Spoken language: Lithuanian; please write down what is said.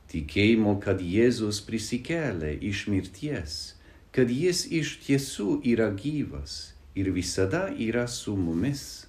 tikėjimo kad jėzus prisikėlė iš mirties kad jis iš tiesų yra gyvas ir visada yra su mumis